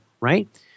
Right